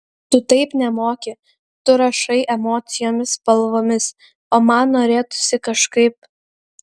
tu taip nemoki tu rašai emocijomis spalvomis o man norėtųsi kažkaip